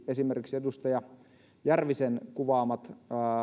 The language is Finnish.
esimerkiksi edustaja järvisen kuvaamat